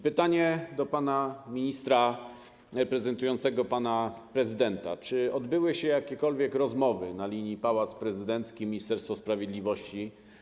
Pytanie do pana ministra reprezentującego pana prezydenta: Czy odbyły się jakiekolwiek rozmowy na linii Pałac Prezydencki - Ministerstwo Sprawiedliwości?